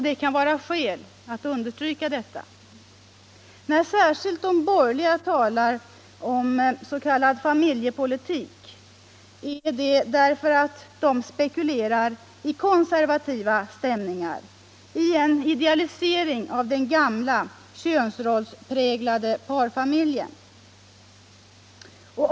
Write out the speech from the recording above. Det kan vara skäl att understryka detta. När särskilt de borgerliga talar om s.k. familjepolitik spekulerar de i konservativa stämningar och i en idealisering av den gamla, könsrollspräglade parfamiljen.